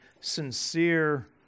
sincere